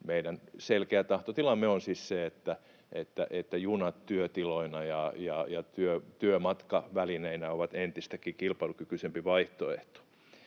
meidän selkeä tahtotilamme on siis se, että junat työtiloina ja työmatkavälineinä ovat entistäkin kilpailukykyisempi vaihtoehto.